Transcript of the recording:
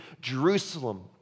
Jerusalem